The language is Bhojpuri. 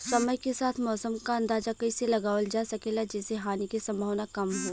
समय के साथ मौसम क अंदाजा कइसे लगावल जा सकेला जेसे हानि के सम्भावना कम हो?